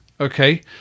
okay